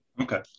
Okay